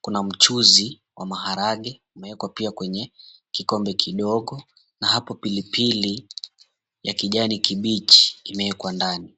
Kuna mchuzi wa maharagwe umewekwa pia kwenye kikombe kidogo na hapo pilipili ya kijani kibichi imewekwa ndani.